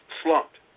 slumped